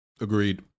Agreed